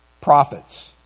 prophets